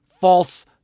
false